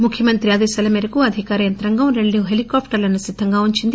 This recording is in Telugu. ముఖ్యమంత్రి ఆదేశాల మేరకు అధికార యంత్రాంగం రెండు హెలికాప్టర్లను సిద్దంగా ఉంచింది